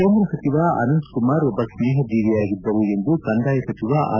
ಕೇಂದ್ರ ಸಚಿವ ಅನಂತಕುಮಾರ್ ಒಬ್ಬ ಸ್ನೇಹ ಜೀವಿ ಅಗಿದ್ದರು ಎಂದು ಕಂದಾಯ ಸಚಿವ ಆರ್